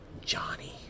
Johnny